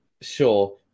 sure